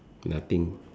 nothing